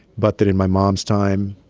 but that in my mom's time,